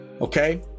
okay